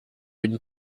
une